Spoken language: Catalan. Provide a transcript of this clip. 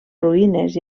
ruïnes